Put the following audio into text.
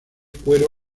cuero